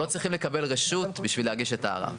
הם לא צריכים לקבל רשות בשביל להגיש את הערר.